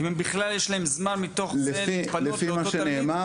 אם הם בכלל יש להם זמן מתוך זה להתפנות לאותו תלמיד.